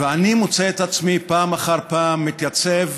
ואני מוצא את עצמי פעם אחר פעם מתייצב